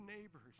neighbors